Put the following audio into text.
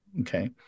Okay